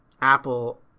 Apple